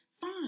fine